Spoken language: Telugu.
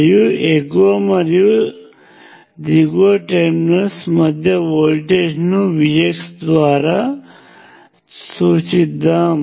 మరియు ఎగువ మరియు దిగువ టెర్మినల్స్ మధ్య వోల్టేజ్ను Vx ద్వారా సూచిద్దాం